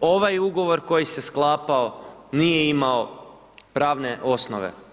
ovaj ugovor koji se sklapao nije imao pravne osnove.